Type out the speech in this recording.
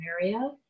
area